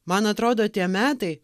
man atrodo tie metai